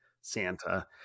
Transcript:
Santa